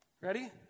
Ready